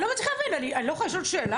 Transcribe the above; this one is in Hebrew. אני לא מצליחה להבין, אני לא יכולה לשאול שאלה?